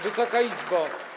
Wysoka Izbo!